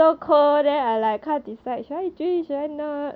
ah ha